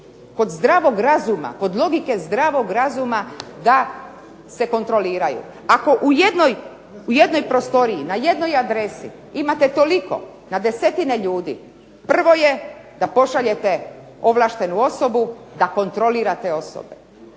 koji iziskuju kod logike zdravog razuma da se kontroliraju. Ako u jednoj prostoriji, na jednoj adresi imate toliko na desetine ljudi, prvo je da pošaljete ovlaštenu osobu da kontrolira te osobe,